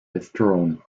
withdrawn